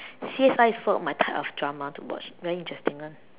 C_S_I is one of my type of drama to watch very interesting [one]